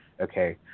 Okay